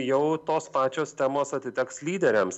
jau tos pačios temos atiteks lyderiams